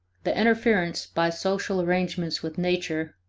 the interference by social arrangements with nature,